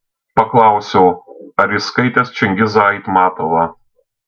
paklausiau ar jis skaitęs čingizą aitmatovą